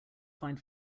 find